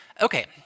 Okay